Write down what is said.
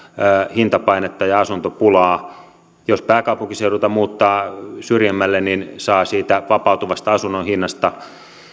hintapainetta ja asuntopulaa jos pääkaupunkiseudulta muuttaa syrjemmälle niin saa siitä vapautuvasta asunnon hinnasta